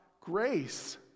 grace